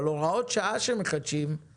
אבל הוראות שעה שמחדשים אותן